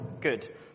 Good